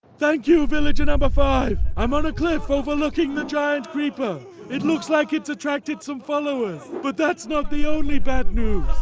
thank you villager five! i'm on a cliff overlooking the giant creeper. it looks like it's attracted some followers. but that's not the only bad news!